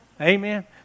Amen